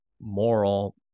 moral